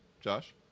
Josh